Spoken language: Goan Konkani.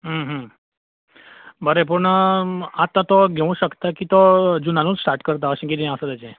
बरें पूण आतां तो घेवंक शकता की तो जुनासून स्टार्ट करता अशें कितें आसा तेजें